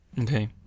Okay